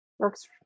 works